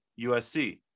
USC